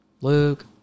Luke